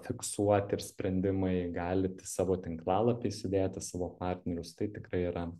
fiksuoti ir sprendimai galit į savo tinklalapį įsėdėti savo partnerius tai tikrai yra